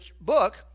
book